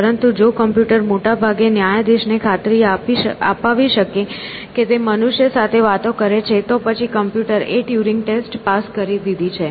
પરંતુ જો કમ્પ્યુટર મોટાભાગે ન્યાયાધીશને ખાતરી અપાવી શકે કે તે મનુષ્ય સાથે વાત કરે છે તો પછી કમ્પ્યુટર એ ટ્યુરિંગ ટેસ્ટ પાસ કરી દીધી છે